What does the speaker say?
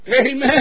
Amen